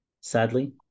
sadly